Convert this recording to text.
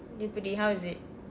எப்படி:eppadi how is it